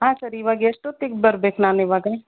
ಹಾಂ ಸರ್ ಇವಾಗ ಎಷ್ಟೊತ್ತಿಗೆ ಬರಬೇಕು ನಾನಿವಾಗ